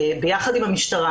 ביחד עם המשטרה,